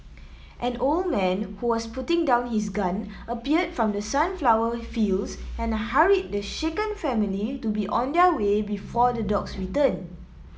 an old man who was putting down his gun appeared from the sunflower fields and hurried the shaken family to be on their way before the dogs return